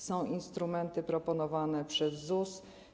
Są instrumenty proponowane przez ZUS.